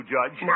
Judge